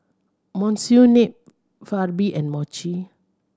Monsunabe and Mochi